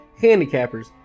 handicappers